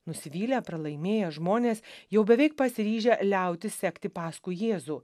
nusivylę pralaimėję žmonės jau beveik pasiryžę liautis sekti paskui jėzų